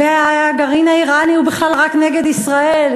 והגרעין האיראני הוא בכלל רק נגד ישראל,